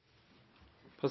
å